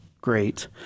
great